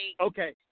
Okay